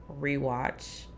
rewatch